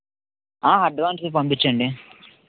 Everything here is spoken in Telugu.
అడ్వాన్స్ పంపించండి